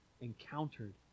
encountered